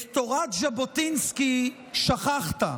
את תורת ז'בוטינסקי שכחת,